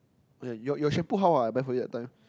oh ya your shampoo how ah I buy for you that time